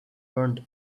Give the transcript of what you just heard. burned